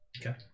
Okay